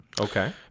Okay